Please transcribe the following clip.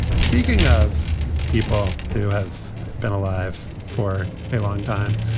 speaking of people who have been alive for a long time,